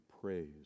praise